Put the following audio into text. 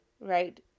right